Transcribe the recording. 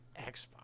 Xbox